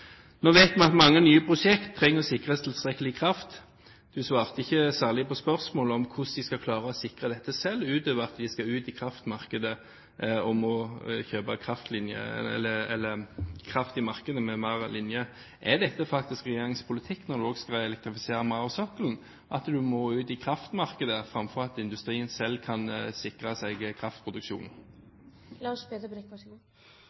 Nå vet vi at mange nye prosjekter trenger å sikres tilstrekkelig kraft. Statsråden svarte ikke noe særlig på spørsmålet om hvordan en skal klare å sikre dette selv, utover det at en må ut i kraftmarkedet, kjøpe kraft i markedet med flere linjer. Er det faktisk regjeringens politikk når en også skal elektrifisere mer av sokkelen, at en må ut i kraftmarkedet framfor at industrien selv kan sikre seg